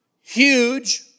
huge